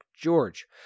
George